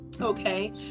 okay